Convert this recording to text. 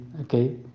Okay